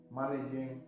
Managing